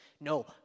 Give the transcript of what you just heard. no